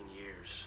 years